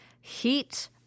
heat